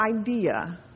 idea